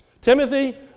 Timothy